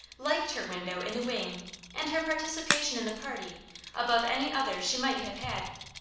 liked her window in the wing and her participation in the party above any other she might have had.